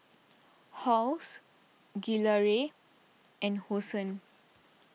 Halls Gilera and Hosen